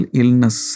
illness